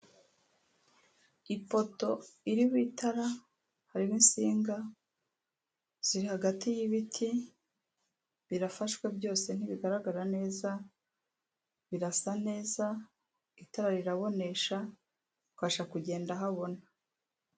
Ipoto iriho itara, hariho insinga ziri hagati y'ibiti, birafashwe byose ntibigaragara neza, birasa nez, itara rirabonesha ukabasha kugenda habona.